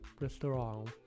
restaurant